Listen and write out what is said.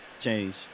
change